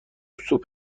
سوپ